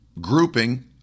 grouping